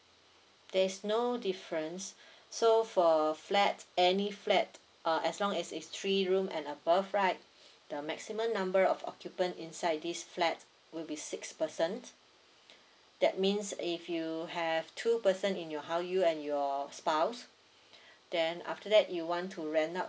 there is no difference so for a flat any flat uh as long as it's three room and above right the maximum number of occupant inside this flat will be six persons that means if you have two person in your house you and your spouse then after that you want to rent out